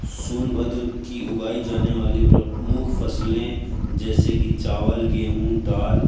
सोनभद्र की उगाई जाने वाली प्रमुख फसलें जैसे कि चावल गेहूँ दाल